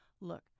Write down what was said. look